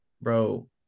bro